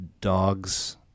dogs